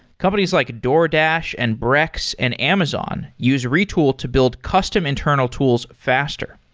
companies like a doordash, and brex, and amazon use retool to build custom internal tools faster.